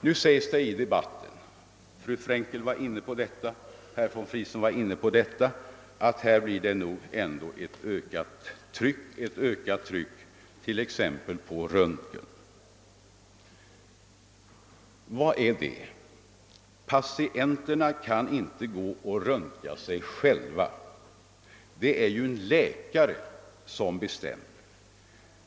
Nu sägs det i debatten — av bl.a. fru Frankel och herr von Friesen — att det nog kommer att uppstå ett ökat tryck på t.ex. röntgen. Vad menar man med det? Patienterna kan inte gå och röntga sig själva. Det är ju en läkare som bestämmer.